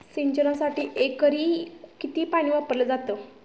सिंचनासाठी एकरी किती पाणी वापरले जाते?